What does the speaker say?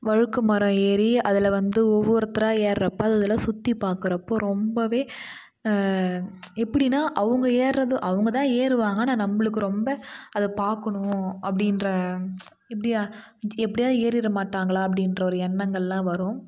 வழுக்கு மரம் ஏறி அதில் வந்து ஒவ்வொருத்தராக ஏறுகிறப்ப அது இதெலாம் சுற்றி பார்க்கறப்போ ரொம்பவே எப்படின்னா அவங்க ஏறுகிறது அவங்க தான் ஏறுவாங்க ஆனால் நம்மளுக்கு ரொம்ப அதை பார்க்கணும் அப்படின்ற இப்படிய எப்படியாவது ஏறிற மாட்டாங்களா அப்படின்ற ஒரு எண்ணங்கள்லாம் வரும்